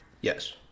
Yes